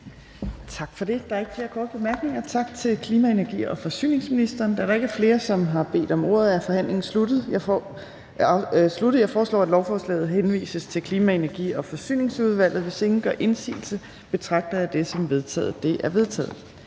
Tak for det. Der er ikke flere korte bemærkninger. Tak til klima-, energi- og forsyningsministeren. Da der ikke er flere, som har bedt om ordet, er forhandlingen sluttet. Jeg foreslår, at lovforslaget henvises til Klima-, Energi- og Forsyningsudvalget. Hvis ingen gør indsigelse, betragter jeg det som vedtaget. Det er vedtaget.